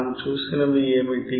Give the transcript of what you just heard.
మనం చూసినవి ఏమిటి